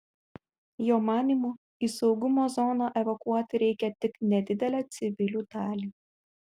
jo manymu į saugumo zoną evakuoti reikia tik nedidelę civilių dalį